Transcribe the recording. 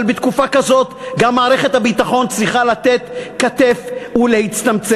אבל בתקופה כזאת גם מערכת הביטחון צריכה לתת כתף ולהצטמצם.